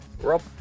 Rob